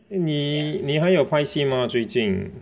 eh 你你还有拍戏吗最近